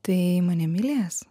tai mane mylės